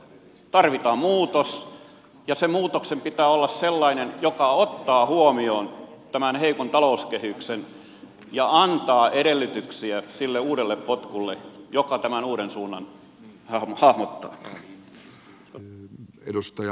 tarvitaan muutos ja sen muutoksen pitää olla sellainen joka ottaa huomioon tämän heikon talouskehityksen ja antaa edellytyksiä sille uudelle potkulle joka tämän uuden suunnan hahmottaa